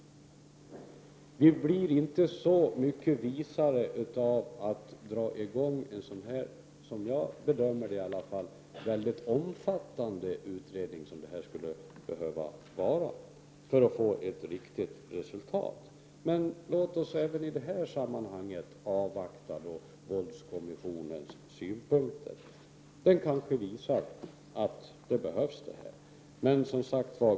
Men vi blir inte så mycket visare genom att dra i gång en, som jag bedömer det, så väldigt omfattande utredning som det här måste bli fråga om för att få ett riktigt resultat. Låt oss även i detta sammanhang avvakta våldskommissionens synpunkter. Den kanske finner att en utredning behövs.